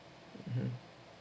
mmhmm